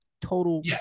total